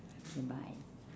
okay bye